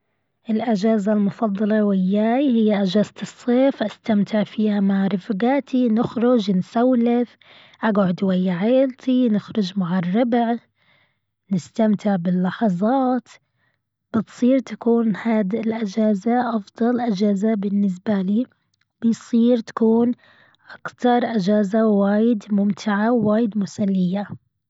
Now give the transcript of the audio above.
الأجازة المفضلة وياي هي أجازة الصيف أستمتع فيها مع رفقاتي نخرج نسولف. أقعد ويا عيلتي نخرج مع الربع. نستمتع باللحظات. بتصير تكون هادي الأجازة أفضل أجازة بالنسبة لي. بيصير تكون أكتر أجازة ووايد ممتعة ووايد مسلية.